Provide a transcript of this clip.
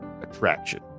attraction